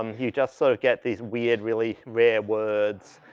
um you just so get these weird really rare words